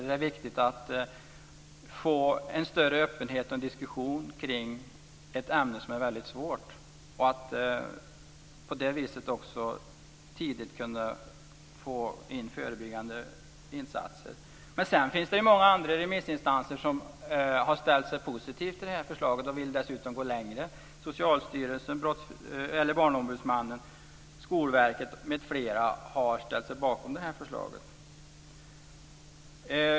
Det är viktigt att få en större öppenhet och en diskussion kring ett ämne som är väldigt svårt och på det viset tidigt kunna få in förebyggande insatser. Sedan finns det många andra remissinstanser som har ställt sig positiva till förslaget och som dessutom vill gå längre. Socialstyrelsen, Barnombudsmannen, Skolverket m.fl. har ställt sig bakom det här förslaget.